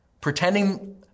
pretending